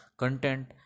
Content